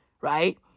right